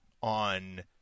on